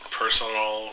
personal